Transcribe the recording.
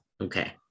okay